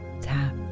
tap